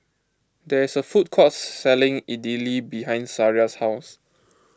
there is a food court selling Idili behind Sariah's house